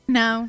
no